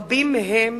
רבים מהם